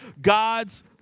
God's